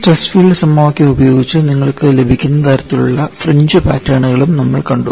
ഈ stress field സമവാക്യം ഉപയോഗിച്ച് നിങ്ങൾക്ക് ലഭിക്കുന്ന തരത്തിലുള്ള ഫ്രിഞ്ച് പാറ്റേണുകളും നമ്മൾ കണ്ടു